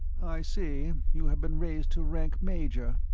i see you have been raised to rank major.